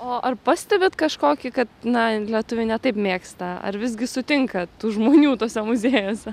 o ar pastebit kažkokį kad na lietuviai ne taip mėgsta ar visgi sutinkat tų žmonių tuose muziejuose